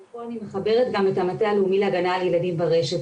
ופה אני מחברת גם את המטה הלאומי להגנה על ילדים ברשת,